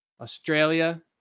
Australia